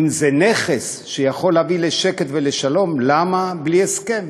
אם זה נכס שיכול להביא לשקט ולשלום, למה בלי הסכם?